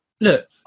look